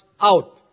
out